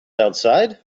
outside